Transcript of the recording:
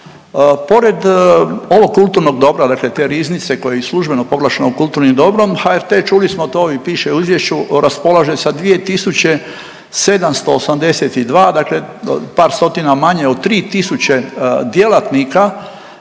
Pored ovog kulturnog dobra, dakle te riznice koja je i službeno proglašena kulturnim dobrom, HRT čuli smo to i piše u izvješću, raspolaže sa 2.782 dakle par stotina manje od 3.000 djelatnika